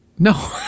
No